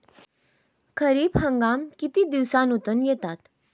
खरीप हंगाम किती दिवसातून येतात?